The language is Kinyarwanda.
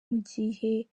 mugiye